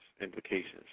implications